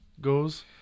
goes